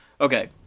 Okay